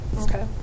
Okay